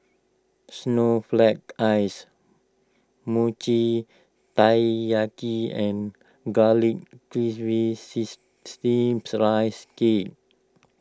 Snowflake Ice Mochi Taiyaki and Garlic Chives Steamed Rice Cake